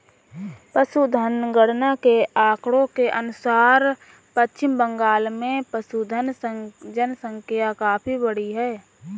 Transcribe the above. पशुधन गणना के आंकड़ों के अनुसार पश्चिम बंगाल में पशुधन जनसंख्या काफी बढ़ी है